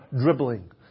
dribbling